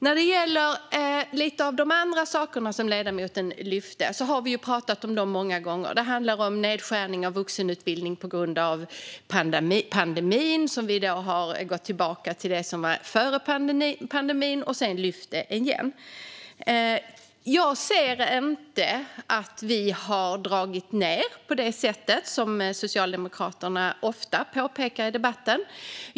När det gäller några av de andra saker som ledamoten lyfte har vi pratat om dem många gånger. Det handlar om nedskärningar på vuxenutbildningen på grund av pandemin, där vi alltså har gått tillbaka till det som var före pandemin och sedan lyft det igen. Jag ser inte att vi har dragit ned på det sättet som Socialdemokraterna ofta påstår i debatten.